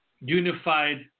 unified